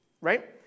right